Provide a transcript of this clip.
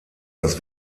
das